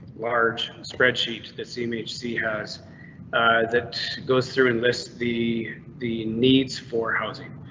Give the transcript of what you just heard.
large spreadsheet. this image see has that goes through and list the the needs for housing.